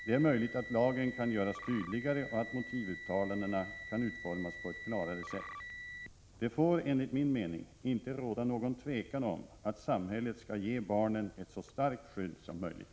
Det är möjligt att lagen kan göras tydligare och att motivuttalandena kan utformas på ett klarare sätt. Det får enligt min mening inte råda någon tvekan om att samhället skall ge barnen ett så starkt skydd som möjligt.